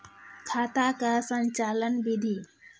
खाता का संचालन बिधि?